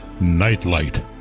NIGHTLIGHT